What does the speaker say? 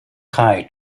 try